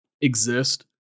exist